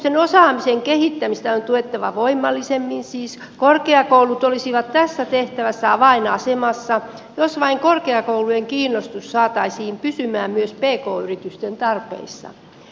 pk yritysten osaamisen kehittämistä on tuettava voimallisemmin siis korkeakoulut olisivat tässä tehtävässä avainasemassa jos vain korkeakoulujen kiinnostus saataisiin pysymään pk yritysten tarpeissa